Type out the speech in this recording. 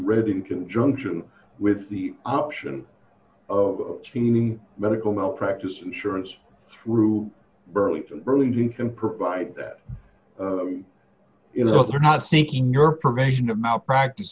read in conjunction with the option of scening medical malpractise insurance through burlington burlington can provide that you know they're not seeking your progression of malpracti